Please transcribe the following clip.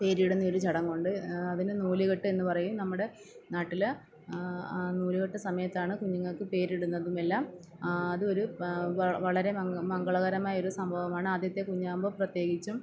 പേര് ഇടുന്നൊരു ചടങ്ങുണ്ട് അതിന് നൂല്കെട്ട് എന്ന് പറയും നമ്മുടെ നാട്ടിൽ നൂലുകെട്ടു സമയത്താണ് കുഞ്ഞുങ്ങൾക്കു പേരിടുന്നതും എല്ലാം അതൊരു വളരെ മംഗളകരമായ ഒരു സംഭവമാണ് ആദ്യത്തെ കുഞ്ഞാവുമ്പോൾ പ്രത്യേകിച്ചും